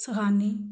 सखानी